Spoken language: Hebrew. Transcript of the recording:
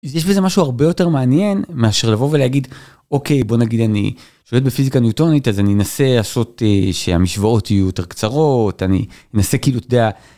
יש לזה משהו הרבה יותר מעניין מאשר לבוא ולהגיד, אוקיי, בוא נגיד אני שולט בפיזיקה ניוטונית אז אני אנסה לעשות שהמשוואות יהיו יותר קצרות, אני אנסה כאילו, אתה יודע,